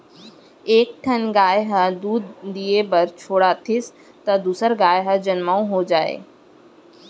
एक ठन गाय ह दूद दिये बर छोड़ातिस त दूसर गाय हर जनमउ हो जाए